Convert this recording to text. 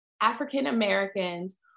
African-Americans